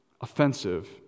offensive